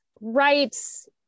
rights